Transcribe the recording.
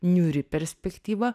niūri perspektyva